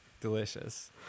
delicious